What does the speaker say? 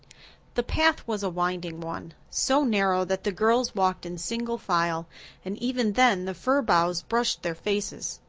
the path was a winding one, so narrow that the girls walked in single file and even then the fir boughs brushed their faces.